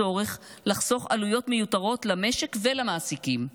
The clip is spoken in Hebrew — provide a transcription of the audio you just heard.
הצורך לחסוך עלויות מיותרות למשק ולמעסיקים.